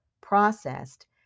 processed